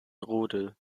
rudel